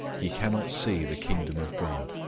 he cannot see the kingdom of god.